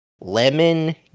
lemon